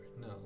No